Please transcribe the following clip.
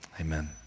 Amen